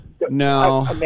No